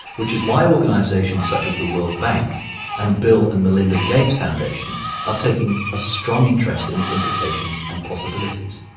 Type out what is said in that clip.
which is why organizations such as the world bank and bill and melinda gates foundation are taking a strong interest in its implications and possibilities.